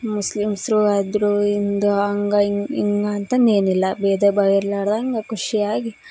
ಮುಸ್ಲಿಮ್ಸ್ರು ಅದ್ರು ಹಿಂದೂ ಹಂಗ ಹಿಂಗ ಅಂತನೂ ಏನಿಲ್ಲ ಭೇದ ಭಾವ ಇರ್ಲಾರ್ದಂಗೆ ಖುಷಿಯಾಗಿ